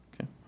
Okay